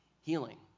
Healing